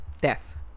death